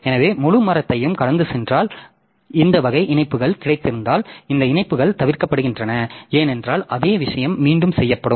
எனவே முழு மரத்தையும் கடந்து சென்றால் இந்த வகை இணைப்புகள் கிடைத்திருந்தால் இந்த இணைப்புகள் தவிர்க்கப்படுகின்றன ஏனென்றால் அதே விஷயம் மீண்டும் செய்யப்படும்